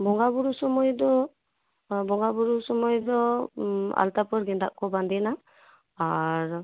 ᱵᱚᱸᱜᱟ ᱵᱩᱨᱩ ᱥᱚᱢᱚᱭ ᱫᱚ ᱵᱚᱸᱜᱟ ᱵᱩᱨᱩ ᱥᱚᱢᱚᱭ ᱫᱚ ᱟᱞᱛᱟ ᱯᱟᱹᱲ ᱜᱮᱸᱫᱟᱜ ᱠᱚ ᱵᱟᱸᱫᱮᱱᱟ ᱟᱨ